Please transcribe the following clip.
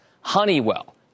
Honeywell